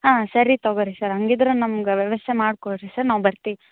ಹಾಂ ಸರಿ ತೊಗೋಳ್ರಿ ಸರ್ ಹಂಗಿದ್ರ ನಮ್ಗೆ ವ್ಯವಸ್ಥೆ ಮಾಡಿಕೊಡ್ರಿ ಸರ್ ನಾವು ಬರ್ತೀವಿ